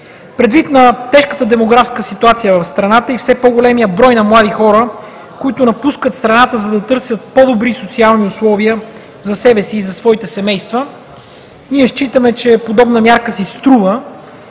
Предвид тежката демографска ситуация в страната и все по-големия брой млади хора, които напускат страната, за да търсят по-добри социални условия за себе си и за своите семейства, ние считаме, че подобна мярка си струва